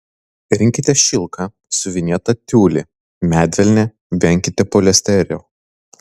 rinkitės šilką siuvinėtą tiulį medvilnę venkite poliesterio